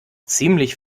ziemlich